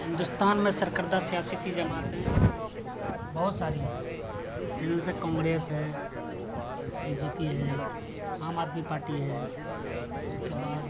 ہندوستان میں سرکردہ سیاست کی جماعتیں بہت ساری ہیں جن میں سے کانگریس ہے بی جے پی ہے عام آدمی پارٹی ہے اس کے بعد